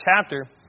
chapter